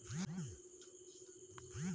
जेके नाम से रही वही के खाता मे जाई